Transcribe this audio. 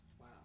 Wow